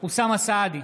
אוסאמה סעדי,